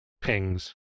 pings